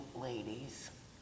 ladies